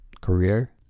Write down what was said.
career